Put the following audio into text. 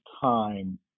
time